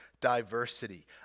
diversity